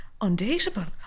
undateable